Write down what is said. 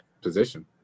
position